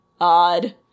odd